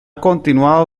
continuado